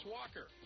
Walker